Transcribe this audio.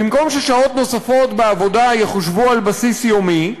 במקום ששעות נוספות בעבודה יחושבו על בסיס יומי,